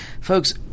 Folks